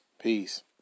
Peace